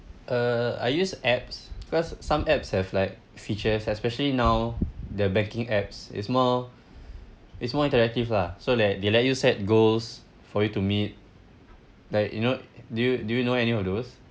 uh I use apps cause some apps have like features especially now the banking apps it's more it's more interactive lah so that they let you set goals for you to meet like you know do you do you know any of those